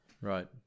Right